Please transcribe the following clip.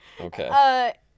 Okay